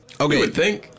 Okay